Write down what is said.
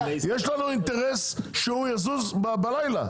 לנו אינטרס שיזוז בלילה.